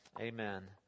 Amen